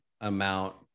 amount